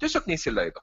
tiesiog neįsileido